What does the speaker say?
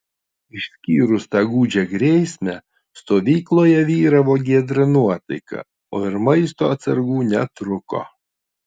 išskyrus tą gūdžią grėsmę stovykloje vyravo giedra nuotaika o ir maisto atsargų netrūko